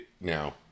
now